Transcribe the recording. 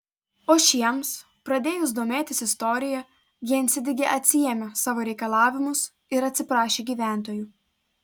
o šiems pradėjus domėtis istorija gjensidige atsiėmė savo reikalavimus ir atsiprašė gyventojų